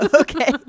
okay